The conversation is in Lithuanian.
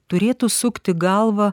turėtų sukti galvą